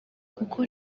kuko